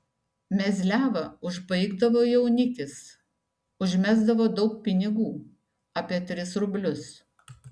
mezliavą užbaigdavo jaunikis užmesdavo daug pinigų apie tris rublius